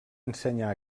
ensenyar